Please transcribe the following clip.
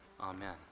Amen